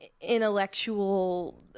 intellectual